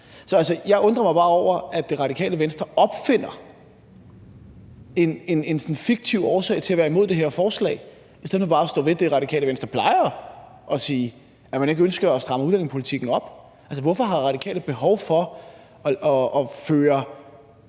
Så jeg undrer mig bare over, at Radikale Venstre opfinder en fiktiv årsag til at være imod det her forslag i stedet for bare at stå ved det, Radikale Venstre plejer at sige: at man ikke ønsker at stramme udlændingepolitikken op. Hvorfor har Radikale behov for at føre